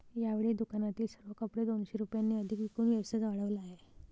यावेळी दुकानातील सर्व कपडे दोनशे रुपयांनी अधिक विकून व्यवसाय वाढवला आहे